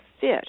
fit